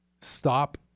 stop